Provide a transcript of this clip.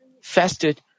fasted